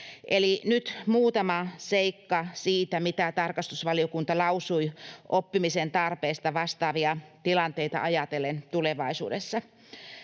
nyt muutama seikka siitä, mitä tarkastusvaliokunta lausui oppimisen tarpeesta ajatellen vastaavia tilanteita tulevaisuudessa.